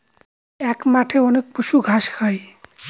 এক মাঠে অনেক পশু ঘাস খায়